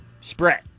spread